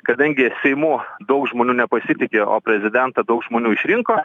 kadangi seimu daug žmonių nepasitiki o prezidentą daug žmonių išrinko